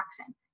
action